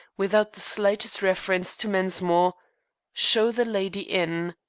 without the slightest reference to mensmore show the lady in.